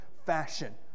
fashion